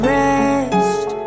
rest